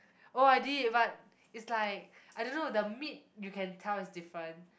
oh I did but it's like I don't know the meat you can tell is different